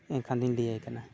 ᱮᱱᱠᱷᱟᱱᱤᱧ ᱞᱟᱹᱭᱟᱭ ᱠᱟᱱᱟ